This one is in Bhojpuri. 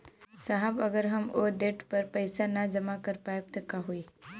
साहब अगर हम ओ देट पर पैसाना जमा कर पाइब त का होइ?